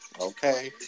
Okay